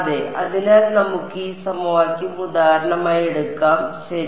അതെ അതിനാൽ നമുക്ക് ഈ സമവാക്യം ഉദാഹരണമായി എടുക്കാം ശരി